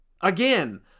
Again